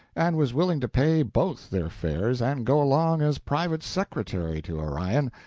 and was willing to pay both their fares and go along as private secretary to orion,